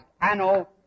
Anno